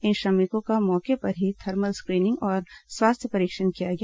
इन श्रमिकों का मौके पर ही थर्मल स्क्रीनिंग और स्वास्थ्य परीक्षण किया गया